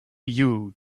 you